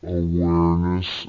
awareness